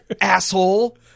asshole